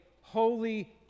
holy